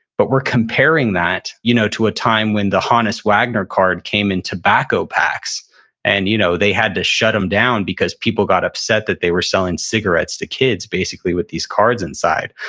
but we're comparing that you know to a time when the honus wagner card came in tobacco packs and you know they had to shut them down because people got upset that they were selling cigarettes to kids basically with these cards inside.